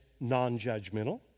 nonjudgmental